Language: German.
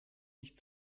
nicht